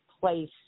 place